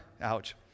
Ouch